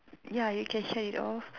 ya you can shed it off